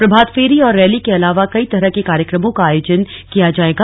प्रभातफेरी और रैली के अलावा कई तरह के कार्यक्रमों का आयोजन किया जाएगा